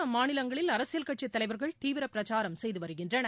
அம்மாநிலங்களில் அரசியல் கட்சித் தலைவர்கள் தீவிரப் பிரச்சாரம் செய்து வருகின்றனர்